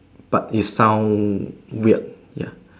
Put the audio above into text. but it sound weird ya